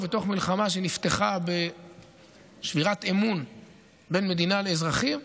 ובתוך מלחמה שנפתחה בשבירת אמון בין מדינה לאזרחים,